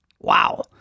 Wow